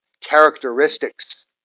characteristics